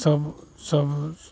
सब सब